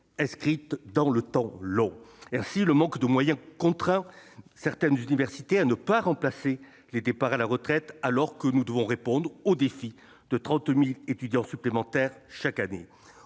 inscrites dans le temps long. Ainsi, le manque de moyens contraint certaines universités à ne pas remplacer les départs à la retraite, alors que nous devons répondre au défi que constitue l'arrivée de 30 000 étudiants supplémentaires chaque année.